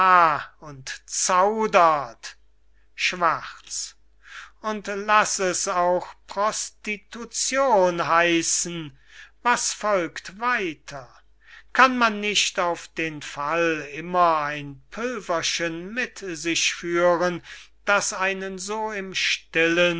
und zaudert schwarz und laß es auch prostitution heissen was folgt weiter kann man nicht auf den fall immer ein pülverchen mit sich führen das einen so im stillen